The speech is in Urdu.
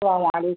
سلام علیکم